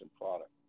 product